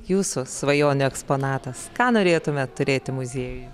jūsų svajonių eksponatas ką norėtumėt turėti muziejuje